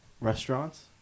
restaurants